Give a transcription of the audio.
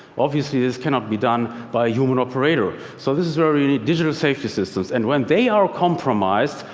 obviously, this cannot be done by a human operator. so this is where we need digital safety systems. and when they are compromised,